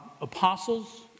apostles